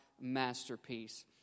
Masterpiece